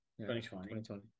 2020